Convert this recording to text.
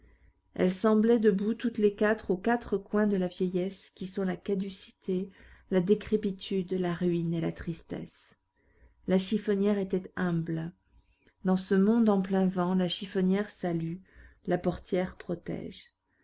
elles semblaient debout toutes les quatre aux quatre coins de la vieillesse qui sont la caducité la décrépitude la ruine et la tristesse la chiffonnière était humble dans ce monde en plein vent la chiffonnière salue la portière protège